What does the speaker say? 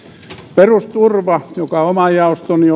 perusturvaa joka oman jaostoni